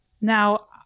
Now